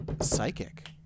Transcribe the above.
Psychic